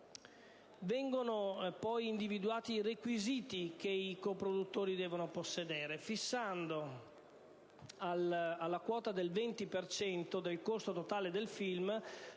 Vengono poi individuati i requisiti che i coproduttori devono possedere, fissando alla quota del 20 per cento del costo totale del film